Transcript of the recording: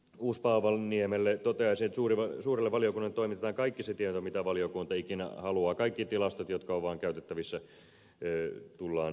uusipaavalniemelle toteaisin että suurelle valiokunnalle toimitetaan kaikki se tieto mitä valiokunta ikinä haluaa kaikki tilastot jotka vaan ovat käytettävissä tullaan toimittamaan